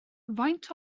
faint